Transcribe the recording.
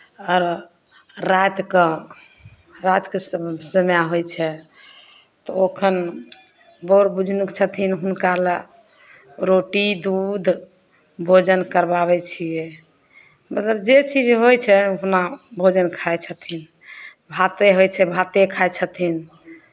आरो रातिके रातिके सम समय होइ छै तऽ ओखन बर बुझनुक छथिन हुनका लए रोटी दूध भोजन करवाबै छियै मलब जे चीज होइ छै अपना भोजन खाइ छथिन भाते होइ छै भाते खाइ छथिन